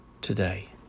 today